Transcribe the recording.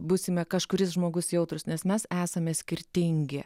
būsime kažkuris žmogus jautrūs nes mes esame skirtingi